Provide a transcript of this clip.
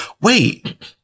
Wait